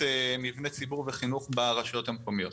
מבני ציבור וחינוך ברשויות המקומיות.